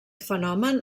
fenomen